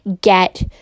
get